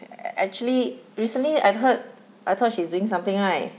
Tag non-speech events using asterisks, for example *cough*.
*noise* actually recently I've heard I thought she is doing something right